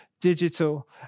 digital